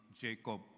Jacob